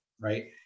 right